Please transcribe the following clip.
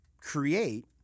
create